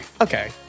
Okay